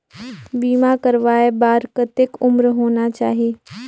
बीमा करवाय बार कतेक उम्र होना चाही?